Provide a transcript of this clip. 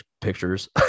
pictures